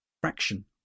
fraction